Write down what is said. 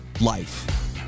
life